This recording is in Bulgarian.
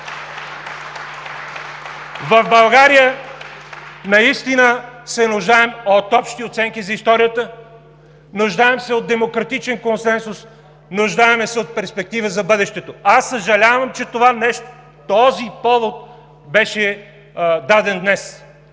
В България наистина се нуждаем от общи оценки за историята, нуждаем се от демократичен консенсус, нуждаем се от перспектива за бъдещето. Съжалявам, че този повод беше даден днес